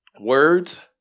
words